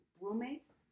roommates